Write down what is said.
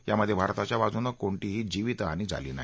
यामध्ये भारताच्या बाजूंनं कोणतीही जीवितहानी झाली नाही